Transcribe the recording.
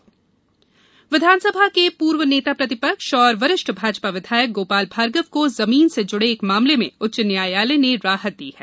उच्चतम न्यायालय विधानसभा के पूर्व नेता प्रतिपक्ष एवं वरिष्ठ भाजपा विधायक गोपाल भार्गव को जमीन से जुड़े एक मामले में उच्च न्यायालय ने राहत दी है